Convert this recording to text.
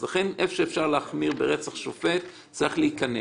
לכן, איפה שאפשר להחמיר ברצח שופט יש להחמיר.